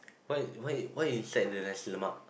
why why why you like the nasi-lemak